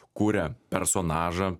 kuria personažą